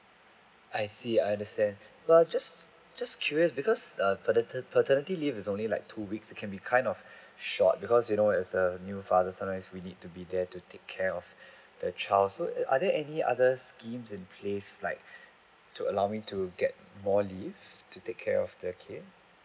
I see I understand err just just curious because paternity leave is only like two weeks you can be kind of short because you know as a new father sometimes we need to be there to take care of the child so are there any other schemes in place like to allow me to get more leave to take care of the kid